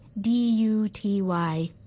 D-U-T-Y